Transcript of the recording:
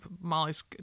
Molly's